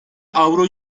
avro